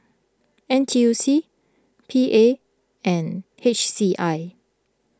N T U C P A and H C I